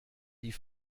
die